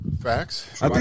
Facts